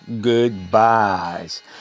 Goodbyes